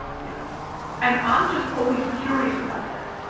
yeah and i'm just always curious about that.